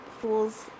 Fool's